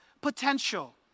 potential